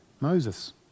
Moses